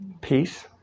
Peace